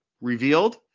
revealed